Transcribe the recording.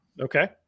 Okay